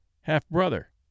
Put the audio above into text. half-brother